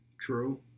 True